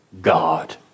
God